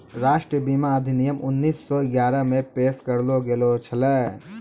राष्ट्रीय बीमा अधिनियम उन्नीस सौ ग्यारहे मे पेश करलो गेलो छलै